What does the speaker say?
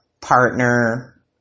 partner